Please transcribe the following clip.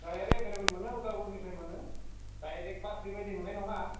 गारिया एभेलेबेल मोनो उदालगुरिनिफ्राय मोनो डाइरेक्ट बास बेबायदि मोननाय नङा